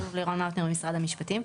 לירון מאוטנר ממשרד המשפטים.